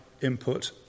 input